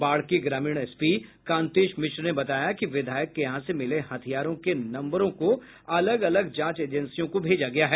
बाढ़ के ग्रामीण एसपी कांतेश मिश्र ने बताया है कि विधायक के यहां से मिले हथियारों के नम्बरों को अलग अलग जांच एजेंसियों को भेजा गया है